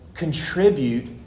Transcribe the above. contribute